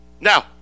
Now